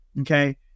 okay